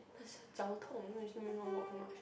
because 他脚痛 then still make her walk so much